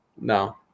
No